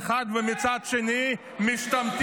פה --- תתבייש לך ----- ומצד שני משתמטים,